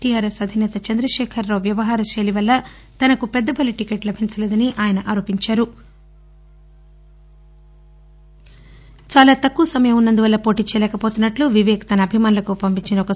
TRS అధినేత చందశేఖర్రావు వ్యవహారశైలివల్ల తనకు Peddapalli ticket లభించలేదని ఆయన ఆరోపించారు చాలా తక్కువ సమయం ఉన్నందువల్ల పోటీచేయలేకపోతున్నట్లు వివేక్ తన అభిమానులకు పంపించిన ఒక సందేశంలో పేర్కొన్నారు